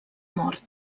mort